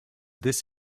this